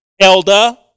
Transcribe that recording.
Elda